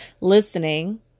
listening